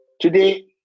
Today